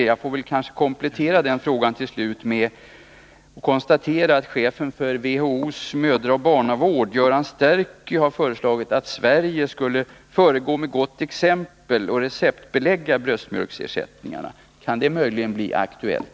Får jag kanske till slut komplettera den frågan med att konstatera att chefen för WHO:s mödraoch barnavård, Göran Sterky, har föreslagit att Sverige skulle föregå med gott exempel och receptbelägga bröstmjölksersättningarna. Kan det möjligen bli aktuellt?